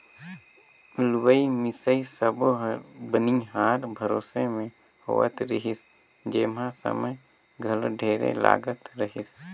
लुवई मिंसई सब्बो हर बनिहार भरोसा मे होवत रिहिस जेम्हा समय घलो ढेरे लागत रहीस